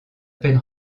peine